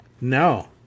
No